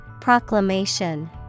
Proclamation